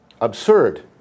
absurd